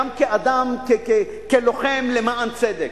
גם כאדם, כלוחם למען צדק,